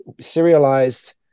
serialized